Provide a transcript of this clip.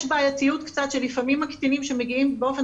יש בעייתיות קצת שלפעמים הקטינים שמגיעים באופן